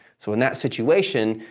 so, in that situation,